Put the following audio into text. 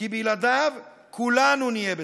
כי בלעדיו כולנו נהיה בסכנה.